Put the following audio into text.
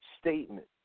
statement